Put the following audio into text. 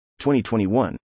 2021